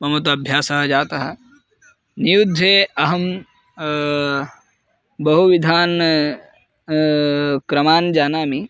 मम तु अभ्यासः जातः नियुद्धे अहं बहुविधान् क्रमान् जानामि